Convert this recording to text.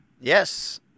Yes